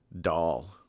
doll